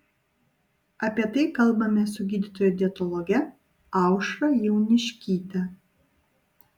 apie tai kalbamės su gydytoja dietologe aušra jauniškyte